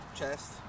chest